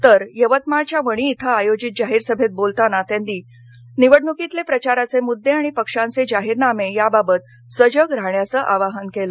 तर यवतमाळच्या वणी इथं आयोजित जाहीर सभेत बोलताना त्यांनी निवडणुकीतले प्रचाराचे मुद्दे आणि पक्षांचे जाहीरनामे याबाबत सजग राहण्याचं आवाहन केलं